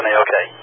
okay